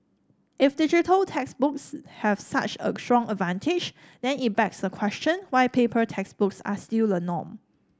if digital textbooks have such a strong advantage then it begs the question why paper textbooks are still the norm